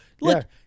Look